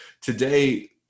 Today